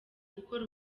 gukora